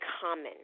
common